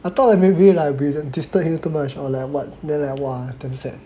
I thought like maybe like we disturb him too much or like [what] then like !wah! damn sad